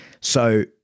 So-